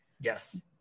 Yes